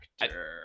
actor